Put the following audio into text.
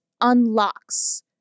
unlocks